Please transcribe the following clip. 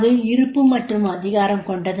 அது இருப்பு மற்றும் அதிகாரம் கொண்டது